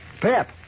Pep